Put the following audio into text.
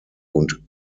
und